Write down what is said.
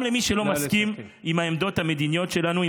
וגם מי שלא מסכים לעמדות המדיניות שלנו,